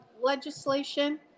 legislation